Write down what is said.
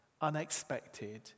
unexpected